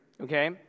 Okay